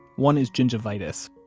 one is gingivitis.